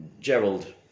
Gerald